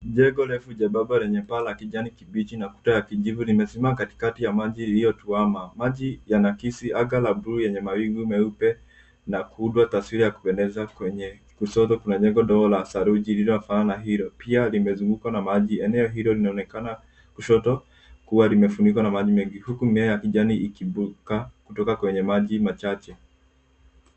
Jengo refu jembamba lenye paa la kijani kibichi na kuta ya kijivu limesimama katikati ya maji iliyotuama. Maji yanaakisi anga la buluu lenye mawingu meupe na kuunda taswira ya kupendeza. Kushoto kuna la jengo ndogo la saruji lililofanana na hilo. Pia limezungukwa na maji. Eneo hilo linaonekana kushoto kuwa limefunikwa na maji mengi, huku mimea ya kijani ikiibuka kutoka kwenye maji machache.